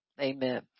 Amen